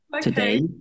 today